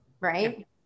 right